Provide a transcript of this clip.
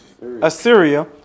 Assyria